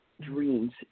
dreams